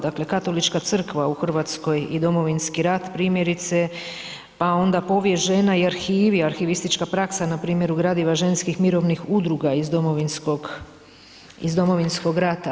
Dakle Katolička crkva u Hrvatskoj i Domovinski rat primjerice pa onda povijest žena i arhivi, arhivistička praksa npr. u gradiva ženskih mirovnih udruga iz Domovinskog rata.